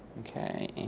okay.